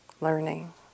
learning